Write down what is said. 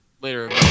later